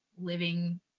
living